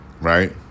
Right